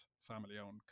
family-owned